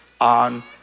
on